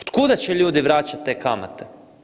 Od kuda će ljudi vraćati te kamate?